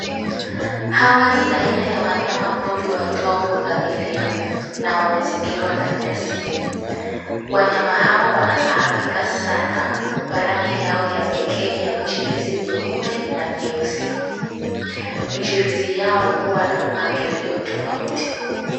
Hawa ni aina ya wanyama pori waitwao pundamilia, na wamezingirwa na nyasi. Wanyama hawa wanafahamika sana, kwa rangi yao ya pekee ya michirizi mieupe na mieusi. Michirizi yao huwa na mpangilio tofauti.